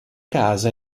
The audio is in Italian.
casa